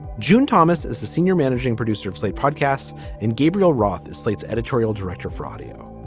june thomas is the senior managing producer of slate podcasts and gabriel roth is slate's editorial director for audio.